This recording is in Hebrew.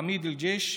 עמיד אל-ג'שי,